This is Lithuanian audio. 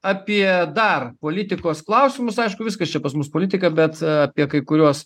apie dar politikos klausimus aišku viskas čia pas mus politika bet apie kai kuriuos